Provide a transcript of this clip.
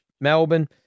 Melbourne